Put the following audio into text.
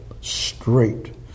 Straight